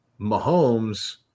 Mahomes